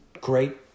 great